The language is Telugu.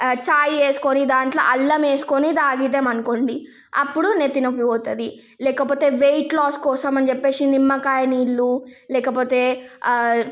చాయ్ వేసుకొని దాంట్లో అల్లం వేసుకొని తాగినాం అనుకోండి అప్పుడు నెత్తి నొప్పి పోతుంది లేకపోతే వెయిట్ లాస్ కోసం అని చెప్పి నిమ్మకాయ నీళ్ళు లేకపోతే